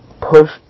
push